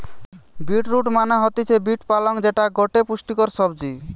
beet root মানে হতিছে beet পালং যেটা গটে পুষ্টিকর সবজি